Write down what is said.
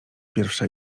pierwsza